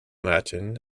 latin